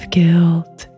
guilt